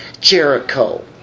Jericho